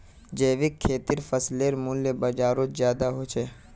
जैविक खेतीर फसलेर मूल्य बजारोत ज्यादा होचे